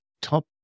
top